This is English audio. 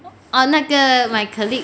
哦那个 my colleague